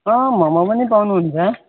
अँ मोमो पनि पाउनुहुन्छ